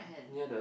near the